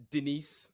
Denise